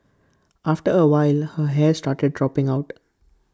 after A while her hair started dropping out